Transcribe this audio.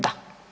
Da.